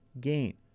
gain